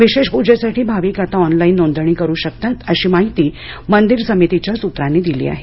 विशेष पूजेसाठी भाविक आता ऑनलाइन नोंदणी करू शकतात अशी माहिती मंदिर समितीच्या सूत्रांनी दिली आहे